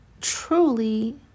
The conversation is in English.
truly